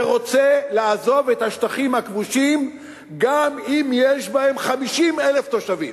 ורוצה לעזוב את השטחים הכבושים גם אם יש בהם 50,000 תושבים.